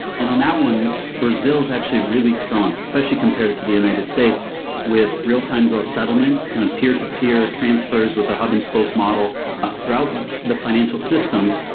and on that one, brazil is actually really strong, especially compared to the united states with real time grow settlement, kind of peer-to-peer transfers with the hub and spoke model ah throughout the financial system.